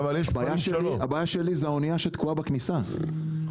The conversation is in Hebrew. הבעיה שלי זה האוניה שתקועה בכניסה.